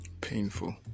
Painful